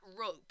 rope